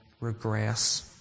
regress